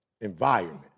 Environment